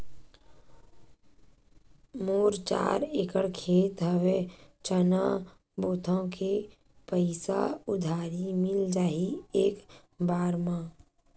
मोर चार एकड़ खेत हवे चना बोथव के पईसा उधारी मिल जाही एक बार मा?